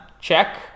check